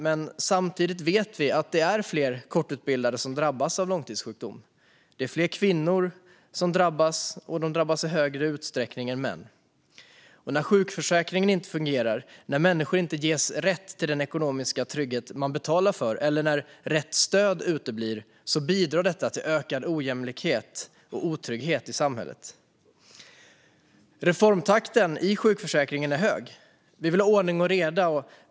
Men samtidigt vet vi att det är fler kortutbildade som drabbas av långtidssjukdom. Det är fler kvinnor som drabbas, och de drabbas i högre utsträckning än män. När sjukförsäkringen inte fungerar, när människor inte ges rätt till den ekonomiska trygghet de betalar för eller när rätt stöd uteblir, bidrar detta till ökad ojämlikhet och otrygghet i samhället. Reformtakten i sjukförsäkringen är hög. Vi vill ha ordning och reda.